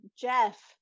Jeff